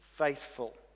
Faithful